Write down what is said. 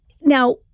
Now